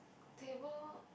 table